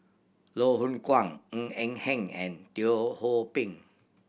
Loh Hoong Kwan Ng Eng Hen and Teo Ho Pin